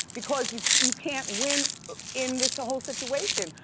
because you you can't win in this ah whole situation,